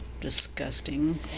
disgusting